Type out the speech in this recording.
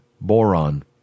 boron